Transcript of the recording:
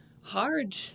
hard